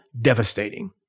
devastating